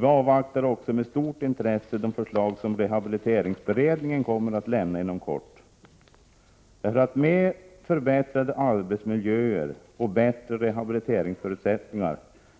Vi avvaktar också med stort intresse de förslag som rehabiliteringsberedningen kommer att lämna inom kort. Med förbättrade arbetsmiljöer och bättre rehabiliteringsförutsättningar